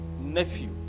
nephew